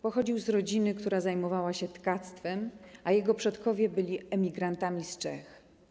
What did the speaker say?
Pochodził z rodziny, która zajmowała się tkactwem, a jego przodkowie byli emigrantami z Czech.